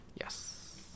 Yes